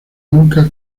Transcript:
nunca